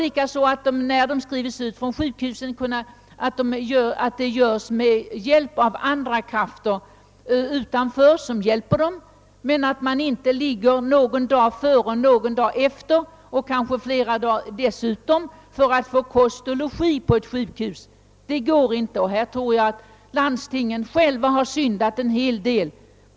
Patienterna bör även kunna skrivas ut med hjälp av andra krafter utanför sjukhuset, så att de inte ligger kvar någon eller flera dagar efter för att få kost och logi. Därvidlag tror jag att landstingen själva har syndat en hel del.